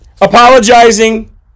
apologizing